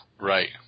Right